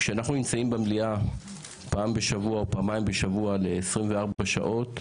כשאנחנו נמצאים במליאה פעם או פעמיים בשבוע ל-24 שעות,